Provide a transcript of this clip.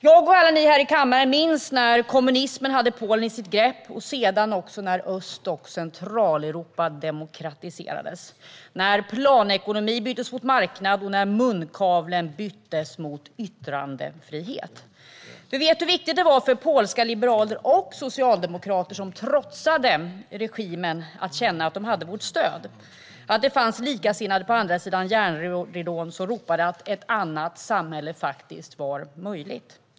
Jag och alla ni här i kammaren minns när kommunismen hade Polen i sitt grepp och när Öst och Centraleuropa sedan demokratiserades, när planekonomi byttes mot marknadsekonomi och när munkavlen byttes mot yttrandefrihet. Vi vet hur viktigt det var för polska liberaler och socialdemokrater som trotsade regimen att känna att de hade vårt stöd och att det fanns likasinnade på andra sidan järnridån som ropade att ett annat samhälle faktiskt var möjligt.